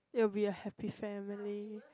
it will be a happy family